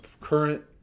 current